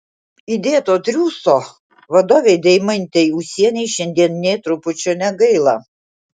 įdėto triūso vadovei deimantei ūsienei šiandien nė trupučio negaila